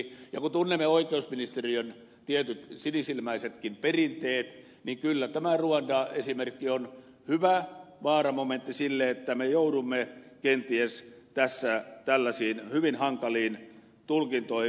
ja kun tunnemme oikeusministeriön tietyt sinisilmäisetkin perinteet niin kyllä tämä ruanda esimerkki on hyvä vaaramomentti sille että me joudumme kenties tässä tällaisiin hyvin hankaliin tulkintoihin